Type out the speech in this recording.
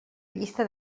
llista